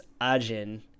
Ajin